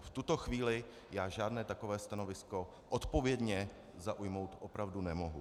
V tuto chvíli žádné takové stanovisko odpovědně zaujmout opravdu nemohu.